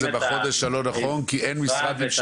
על אף שפעלנו ודיברנו עם משרד המשפטים וכולי,